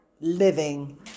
living